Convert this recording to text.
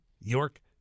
York